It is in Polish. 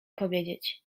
powiedzieć